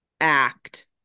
act